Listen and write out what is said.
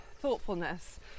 Thoughtfulness